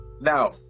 Now